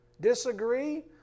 Disagree